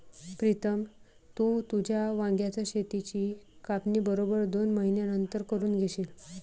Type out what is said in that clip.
प्रीतम, तू तुझ्या वांग्याच शेताची कापणी बरोबर दोन महिन्यांनंतर करून घेशील